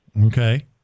okay